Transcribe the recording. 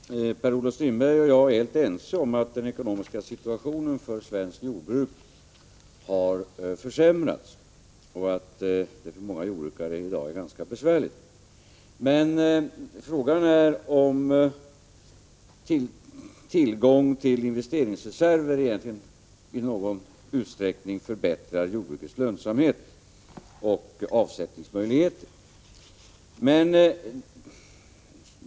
Herr talman! Per-Olof Strindberg och jag är helt ense om att den ekonomiska situationen för svenskt jordbruk har försämrats och att det för många jordbrukare i dag är ganska besvärligt. Frågan är om tillgång till investeringsreserver egentligen i någon utsträckning förbättrar jordbrukets lönsamhet och avsättningsmöjligheter.